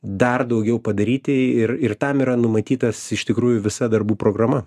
dar daugiau padaryti ir ir tam yra numatytas iš tikrųjų visa darbų programa